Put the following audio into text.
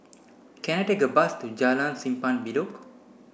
can I take a bus to Jalan Simpang Bedok